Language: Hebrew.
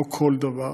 לא כל דבר,